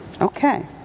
Okay